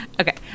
Okay